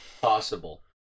possible